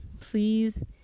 please